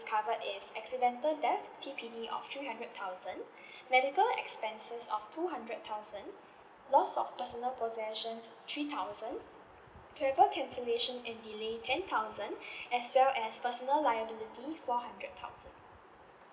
covered is accidental death T_P_D of three hundred thousand medical expenses of two hundred thousand lost of personal possession three thousand travel cancellation and delay ten thousand as well as personal liability four hundred thousand